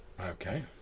okay